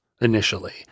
initially